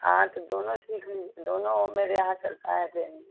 हाँ तो दोनों सीख दोनों मेरे यहाँ चलता है सेम ही